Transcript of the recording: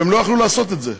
והם לא יכלו לעשות את זה,